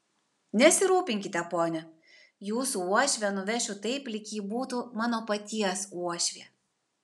nesirūpinkite pone jūsų uošvę nuvešiu taip lyg ji būtų mano paties uošvė